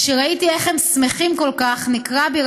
כשראיתי איך הם שמחים כל כך ניקרה בי